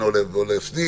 או המלוניות כפי שקוראים